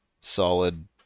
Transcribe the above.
solid